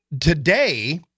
Today